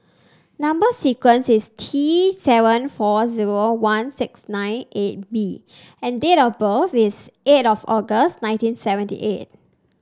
number sequence is T seven four zero one six nine eight B and date of birth is eight of August nineteen seventy eight